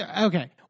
Okay